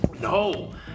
No